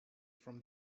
from